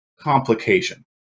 complication